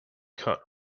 cut